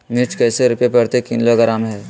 मिर्च कैसे रुपए प्रति किलोग्राम है?